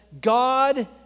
God